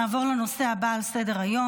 נעבור לנושא הבא על סדר-היום,